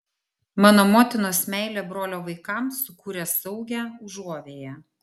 mano motinos meilė brolio vaikams sukūrė saugią užuovėją